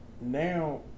now